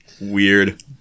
Weird